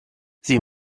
sie